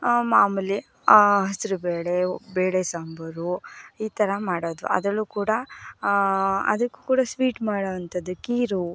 ಮಾಮೂಲಿ ಹೆಸರುಬೇಳೆ ಬೇಳೆ ಸಾಂಬಾರು ಈ ಥರ ಮಾಡೋದು ಅದರಲ್ಲೂ ಕೂಡ ಅದಕ್ಕೂ ಕೂಡ ಸ್ವೀಟ್ ಮಾಡೋ ಅಂಥದ್ದು ಖೀರು